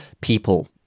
people